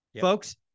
Folks